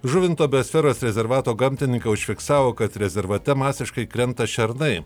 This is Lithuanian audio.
žuvinto biosferos rezervato gamtininkai užfiksavo kad rezervate masiškai krenta šernai